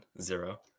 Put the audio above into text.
zero